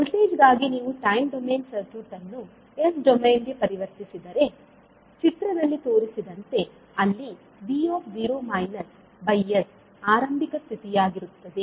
voltage ಗಾಗಿ ನೀವು time domain circuit ಅನ್ನು ಎಸ್ ಡೊಮೇನ್ ಗೆ ಪರಿವರ್ತಿಸಿದರೆ ಚಿತ್ರದಲ್ಲಿ ತೋರಿಸಿದಂತೆ ಅಲ್ಲಿ v0 s ಆರಂಭಿಕ ಸ್ಥಿತಿಯಾಗಿರುತ್ತದೆ